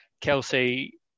Kelsey